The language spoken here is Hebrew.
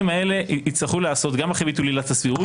האלה יצטרכו להיעשות גם אחרי ביטול עילת הסבירות.